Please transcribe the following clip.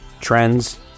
trends